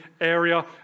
area